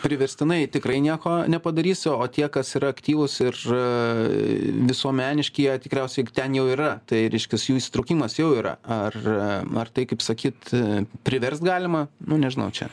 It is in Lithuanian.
priverstinai tikrai nieko nepadarysi o tie kas yra aktyvūs ir visuomeniški jie tikriausiai ten jau yra tai reiškias jų įsitraukimas jau yra ar ar tai kaip sakyt priverst galima nu nežinau čia